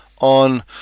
on